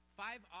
five